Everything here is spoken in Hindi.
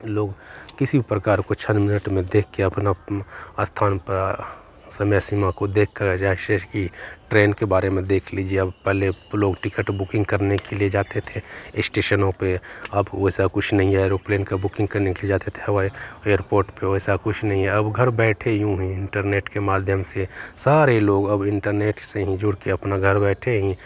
लोग किसी प्रकार को छन मिनट में देखकर अपने स्थान पर समय सीमा को देखकर जैसे कि ट्रेन के बारे में देख लीजिए अब पहले लोग टिकट बुकिन्ग करने के लिए जाते थे स्टेशनों पर अब वैसा कुछ नहीं है एरोप्लेन की बुकिन्ग करने के लिए जाते थे हवाई एयरपोर्ट पर वैसा कुछ नहीं है अब घर बैठे यूँ ही इन्टरनेट के माध्यम से सारे लोग अब इन्टरनेट से ही जुड़कर ही अपना घर बैठे ही